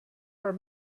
are